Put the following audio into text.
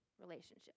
relationship